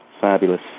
Fabulous